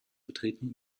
betreten